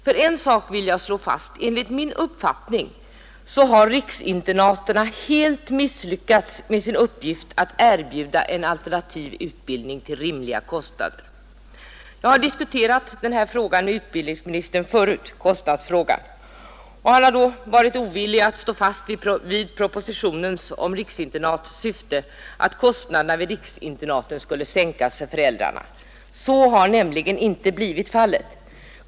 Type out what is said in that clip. Och en sak vill jag slå fast: Enligt min uppfattning har riksinternaten helt misslyckats med sin uppgift att erbjuda en alternativ utbildning till rimliga kostnader. Jag har diskuterat kostnadsfrågan med utbildningsministern tidigare, och han har då varit ovillig att stå fast vid syftet i propositionen om riksinternat, att kostnaderna vid riksinternaten skulle sänkas för föräldrarna. Så har inte blivit fallet.